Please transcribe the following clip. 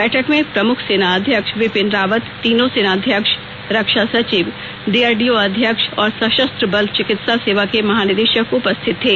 बैठक में प्रमुख सेना अध्यक्ष बिपिन रावत तीनों सेनाध्यक्ष रक्षा सचिव डीआरडीओ अध्यक्ष और सशस्त्र बल चिकित्सा सेवा के महानिदेशक उपस्थित थे